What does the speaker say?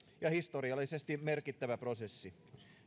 ja historiallisesti merkittävä prosessi